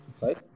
right